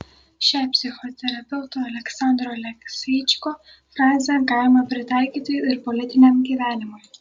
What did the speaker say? šią psichoterapeuto aleksandro alekseičiko frazę galima pritaikyti ir politiniam gyvenimui